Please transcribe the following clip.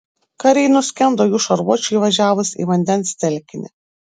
kariai nuskendo jų šarvuočiui įvažiavus į vandens telkinį